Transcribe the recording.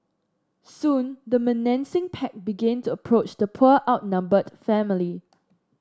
soon the menacing pack began to approach the poor outnumbered family